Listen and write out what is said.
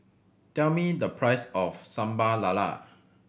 tell me the price of Sambal Lala